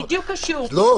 בדיוק קשור,